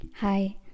Hi